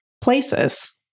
places